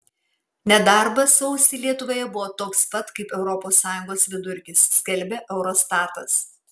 nedarbas sausį lietuvoje buvo toks pat kaip europos sąjungos vidurkis skelbia eurostatas